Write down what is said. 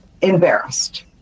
embarrassed